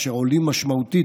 אשר עולים משמעותית,